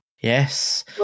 Yes